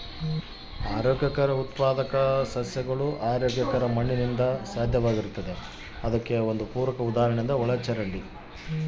ಆರೋಗ್ಯಕರ ಉತ್ಪಾದಕ ಸಸ್ಯಗಳು ಆರೋಗ್ಯಕರ ಮಣ್ಣಿನಿಂದ ಸಾಧ್ಯವಾಗ್ತದ ಒಳಚರಂಡಿಯೂ ಅದಕ್ಕೆ ಪೂರಕವಾಗಿರ್ತತೆ